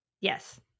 yes